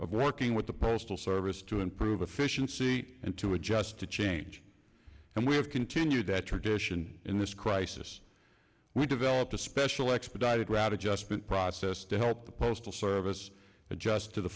of working with the postal service to improve efficiency and to adjust to change and we have continued that tradition in this crisis we developed a special expedited rata just been processed to help the postal service adjust to the